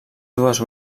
dues